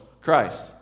Christ